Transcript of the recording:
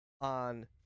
on